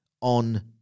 on